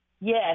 Yes